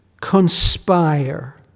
conspire